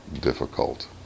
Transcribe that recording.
difficult